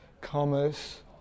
commerce